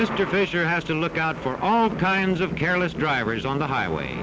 mr fisher has to look out for all kinds of careless drivers on the highway